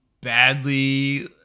badly